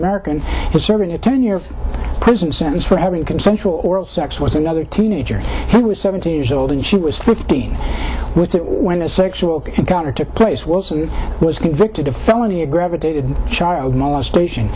american was serving a ten year prison sentence for having consensual oral sex was another teenager he was seventeen years old and she was fifteen when a sexual encounter took place wilson was convicted of felony a gravitated child molestation